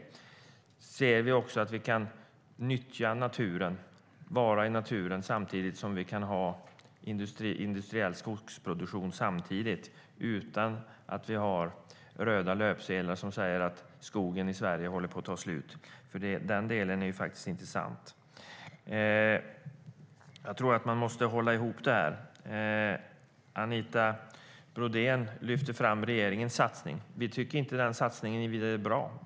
Då ser vi också att vi kan nyttja naturen och vara i naturen samtidigt som vi kan ha industriell skogsproduktion utan att röda löpsedlar säger att skogen i Sverige håller på att ta slut. Det är faktiskt inte sant. Man måste hålla ihop det här. Anita Brodén lyfter fram regeringens satsning. Vi tycker inte att den satsningen är vidare bra.